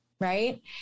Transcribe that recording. right